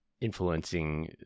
influencing